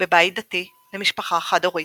בבית דתי למשפחה חד הורית.